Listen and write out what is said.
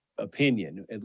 opinion